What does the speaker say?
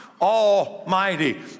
almighty